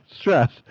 stress